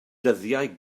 dyddiau